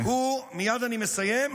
מייד אני מסיים.